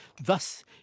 thus